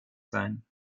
sein